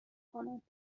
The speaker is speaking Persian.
کنند